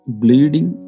bleeding